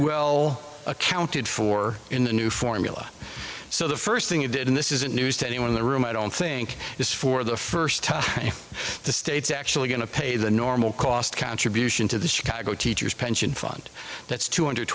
well accounted for in the new formula so the first thing you did and this isn't news to anyone in the room i don't think it's for the first time the state's actually going to pay the normal cost contribution to the chicago teachers pension fund that's two hundred